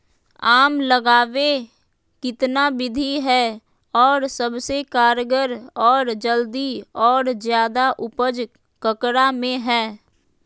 आम लगावे कितना विधि है, और सबसे कारगर और जल्दी और ज्यादा उपज ककरा में है?